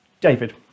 David